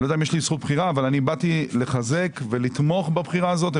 אני לא יודע אם יש לי זכות בחירה אבל באתי לחזק ולתמוך בבחירה הזאת.